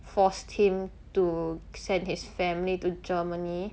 forced him to send his family to Germany